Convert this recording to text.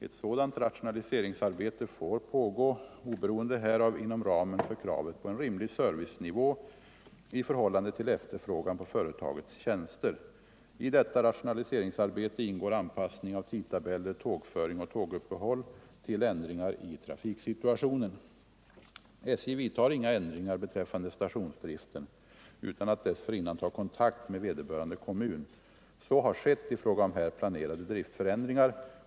Ett sådant rationaliseringsarbete får pågå oberoende härav inom ramen för kravet på en rimlig servicenivå i förhållande till efterfrågan på företagets tjänster. I detta rationaliseringsarbete ingår anpassning av tidtabeller, tågföring och tåguppehåll till ändringar i trafiksituationen. SJ vidtar inga ändringar beträffande stationsdriften utan att dessförinnan ta kontakt med vederbörande kommun. Så har skett i fråga om här planerade driftförändringar.